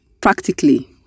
practically